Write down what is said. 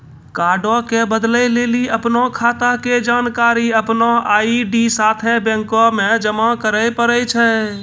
कार्डो के बदलै लेली अपनो खाता के जानकारी अपनो आई.डी साथे बैंको मे जमा करै पड़ै छै